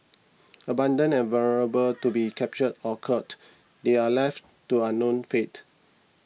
abandoned and vulnerable to being captured or culled they are left to unknown fate